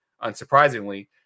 unsurprisingly